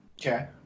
Okay